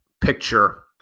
picture